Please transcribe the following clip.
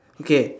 okay